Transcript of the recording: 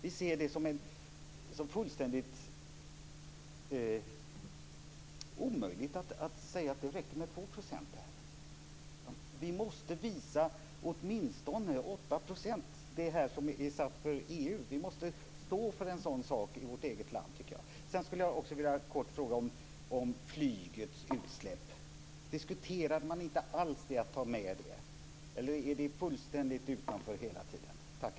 Vi ser det som fullständigt omöjligt att säga att det räcker med 2 %. Vi måste visa att vi i vårt eget land står för 8 %, som är satt som mål för EU. Sedan vill jag kort fråga om flygets utsläpp. Diskuterade man inte alls att ta med det? Är det fullständigt utanför hela tiden?